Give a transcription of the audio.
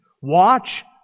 Watch